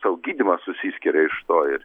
sau gydymą susiskiria iš to ir